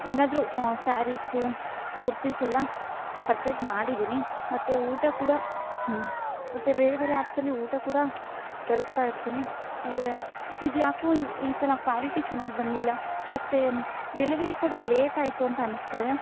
ಏನಾದ್ರೂ ಸ್ಯಾರಿಸು ಕುರ್ತೀಸೆಲ್ಲ ಪರ್ಚೇಸ್ ಮಾಡಿದ್ದೀನಿ ಮತ್ತು ಊಟ ಕೂಡ ಮತ್ತು ಬೇರೆ ಬೇರೆ ಆ್ಯಪ್ಸಲ್ಲಿ ಊಟ ಕೂಡ ತರಿಸ್ತಾ ಇರ್ತೀನಿ ಆದರೆ ಇದು ಯಾಕೋ ಇವು ಈ ಸಲ ಕ್ವಾಲಿಟಿ ಚೆನ್ನಾಗಿ ಬಂದಿಲ್ಲ ಮತ್ತು ಡೆಲಿವೆರಿ ಕೂಡ ಲೇಟ್ ಆಯಿತು ಅಂತ ಅನಿಸ್ತಾ ಇದೆ